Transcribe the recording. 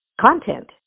content